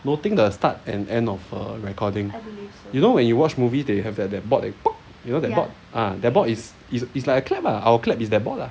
noting the start and end of a recording you know when you watch movie they have have that board they you know that board uh that board is is is like a clap lah our clap is that board lah